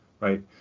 right